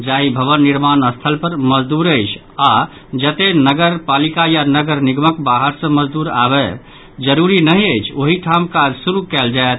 जाहि भवन निर्माण स्थल पर मजदूर अछि आओर जतय नगर पालिका या नगर निगमक बाहर सॅ मजदूर आयब जरूरी नहि अछि ओहि ठाम काज शुरू कयल जायत